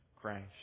crash